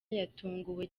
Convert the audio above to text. yatunguwe